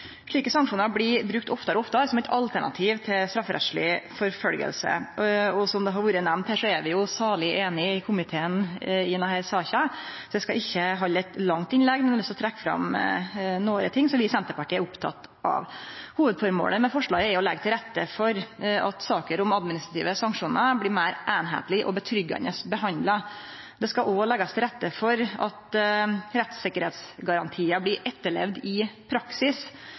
Slike sanksjonar blir brukte oftare og oftare som eit alternativ til strafferettsleg forfølging. Som det har vore nemnt her, er vi salig einige i komiteen i denne saka, så eg skal ikkje halde eit langt innlegg, men eg har lyst til å trekkje fram nokre ting som vi i Senterpartiet er opptekne av. Hovudformålet med forslaget er å leggje til rette for at saker om administrative sanksjonar blir meir einskapleg og betryggjande behandla. Det skal òg leggjast til rette for at rettssikkerheitsgarantiar blir etterlevde i praksis,